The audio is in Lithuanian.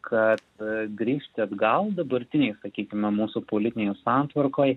kad a grįžti atgal dabartinėj sakykime mūsų politinėje santvarkoj